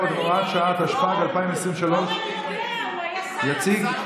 אבל הוא יודע, הוא היה שר בממשלה הקודמת.